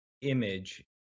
image